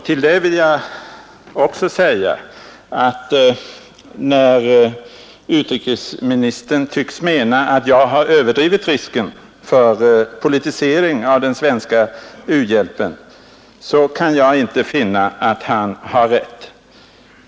Till det vill jag också säga att när utrikesministern tycks mena att jag överdrivit risken för politisering av den svenska u-hjälpen, kan jag inte finna att han har rätt.